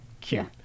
cute